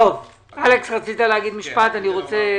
בבקשה.